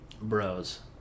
Bros